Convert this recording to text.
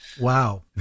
Wow